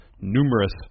numerous